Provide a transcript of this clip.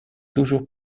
toujours